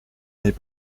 n’est